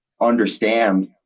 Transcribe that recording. understand